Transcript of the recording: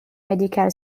medical